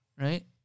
Right